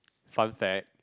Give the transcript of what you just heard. fun fact